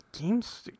Games